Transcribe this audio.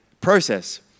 process